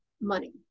money